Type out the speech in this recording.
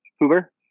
uber